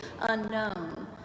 unknown